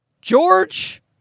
George